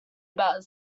about